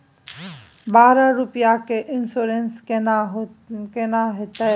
बारह रुपिया के इन्सुरेंस केना होतै?